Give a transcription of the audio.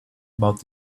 about